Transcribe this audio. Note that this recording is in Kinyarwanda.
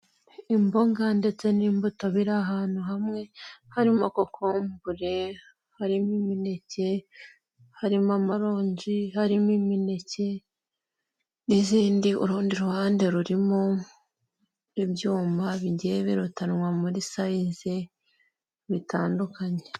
Imboga ndetse n'imbuto biri ahantu hamwe, harimo kokombure, harimo imineke, harimo amaronji, harimo imineke n'izindi. Urundi ruhande rurimo ibyuma bigiye birutanwa muri sayize bitandukanye.